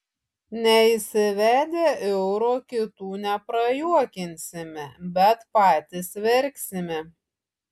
neįsivedę euro kitų neprajuokinsime bet patys verksime